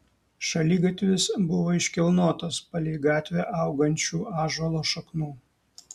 šaligatvis buvo iškilnotas palei gatvę augančių ąžuolo šaknų